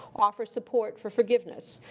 offer support for forgiveness.